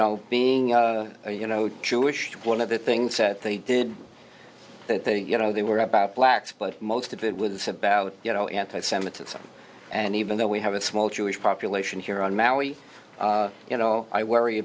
know being you know jewish one of the things that they did that that you know they were about blacks but most of it with about you know anti semitism and even though we have a small jewish population here on maui you know i worry